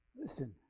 Listen